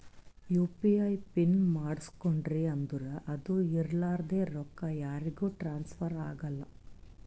you P I pin ಮಾಡುಸ್ಕೊಂಡ್ರಿ ಅಂದುರ್ ಅದು ಇರ್ಲಾರ್ದೆ ರೊಕ್ಕಾ ಯಾರಿಗೂ ಟ್ರಾನ್ಸ್ಫರ್ ಆಗಲ್ಲಾ